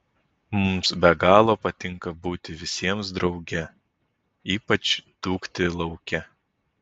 mums be galo patinka būti visiems drauge ypač dūkti lauke